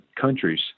countries